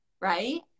right